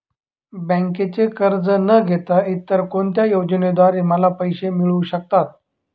बँकेचे कर्ज न घेता इतर कोणत्या योजनांद्वारे मला पैसे मिळू शकतात?